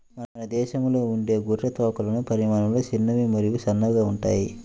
మన దేశంలో ఉండే గొర్రె తోకలు పరిమాణంలో చిన్నవి మరియు సన్నగా ఉంటాయి